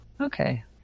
okay